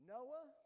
Noah